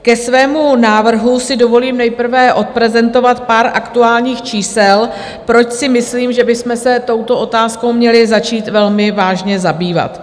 Ke svému návrhu si dovolím nejprve odprezentovat pár aktuálních čísel, proč si myslím, že bychom se touto otázkou měli začít velmi vážně zabývat.